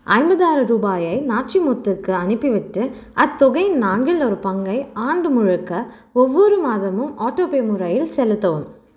ஐம்பதாயிரம் ருபாயை நாச்சிமுத்துக்கு அனுப்பிவிட்டு அத்தொகையின் நான்கில் ஒரு பங்கை ஆண்டு முழுக்க ஒவ்வொரு மாதமும் ஆட்டோபே முறையில் செலுத்தவும்